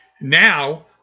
now